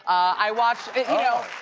i watch,